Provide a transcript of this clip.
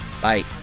bye